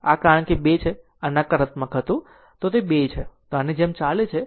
હવે કારણ કે તે 2 છે આ નકારાત્મક હતું પરંતુ જો તે 2 છે તો તે આની જેમ ચાલે છે